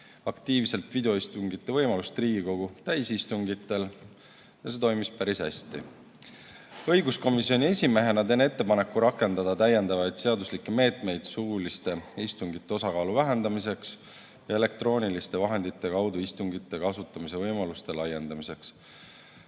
aktiivselt videoistungite võimalust Riigikogu täisistungitel ja see toimis päris hästi. Õiguskomisjoni esimehena teen ettepaneku rakendada täiendavaid seaduslikke meetmeid suuliste istungite osakaalu vähendamiseks ja elektrooniliste vahendite kaudu istungite kasutamise võimaluste laiendamiseks. Loomulikult